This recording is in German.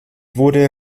wurde